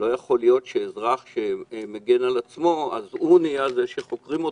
לא יכול להיות שאזרח שמגן על עצמו נהיה זה שחוקרים אותו,